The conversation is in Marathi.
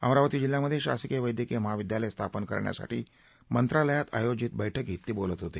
अमरावती जिल्ह्यामध्ये शासकीय वैद्यकीय महाविद्यालय स्थापन करण्यासाठी मंत्रालयात आयोजित बैठकीत ते बोलत होते